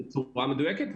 בצורה מדויקת,